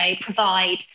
provide